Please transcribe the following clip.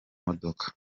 modoka